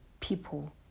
people